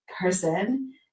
person